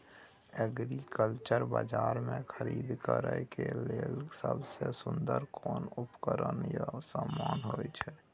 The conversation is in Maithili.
एग्रीकल्चर बाजार में खरीद करे के लेल सबसे सुन्दर कोन उपकरण या समान होय छै?